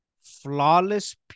flawless